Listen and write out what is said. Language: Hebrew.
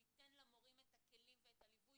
שהוא ייתן למורים את הכלים ואת הליווי